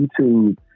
YouTube